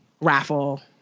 raffle